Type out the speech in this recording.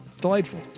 Delightful